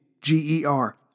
G-E-R